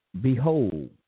Behold